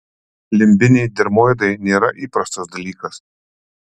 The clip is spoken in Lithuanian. limbiniai dermoidai nėra įprastas dalykas